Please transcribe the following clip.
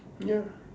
ya